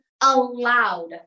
allowed